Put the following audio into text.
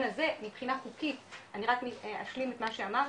הזה מבחינה חוקית אני רק אשלים את מה שאמרתי,